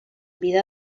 vida